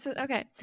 Okay